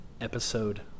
Episode